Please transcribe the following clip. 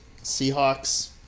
Seahawks